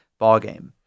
ballgame